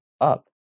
up